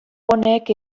honek